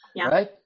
right